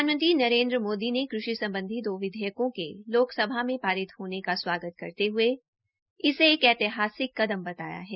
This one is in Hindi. प्रधानमंत्री नरेन्द्र मोदी ने कृषि सम्बधी दो विधेयकों के लोकसभा में पारित होने का स्वागत करते हये इसे एक ऐतिहासिक कदम बताया है